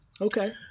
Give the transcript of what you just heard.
Okay